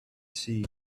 sea